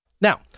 Now